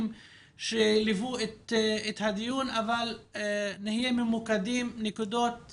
שמלווים את הדיון אבל אני מבקש להיות ממוקדים בנקודות